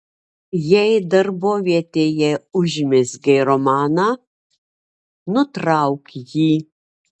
jei darbovietėje užmezgei romaną nutrauk jį